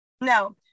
No